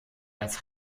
als